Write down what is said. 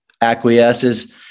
acquiesces